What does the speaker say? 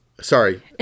Sorry